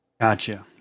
Gotcha